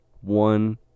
one